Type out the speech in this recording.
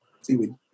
seaweed